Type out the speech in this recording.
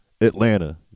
Atlanta